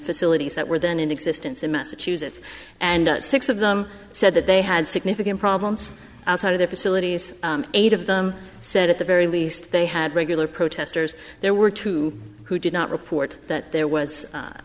facilities that were then in existence in massachusetts and six of them said that they had significant problems outside of the facilities eight of them said at the very least they had regular protesters there were two who did not report that there was a